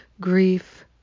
Grief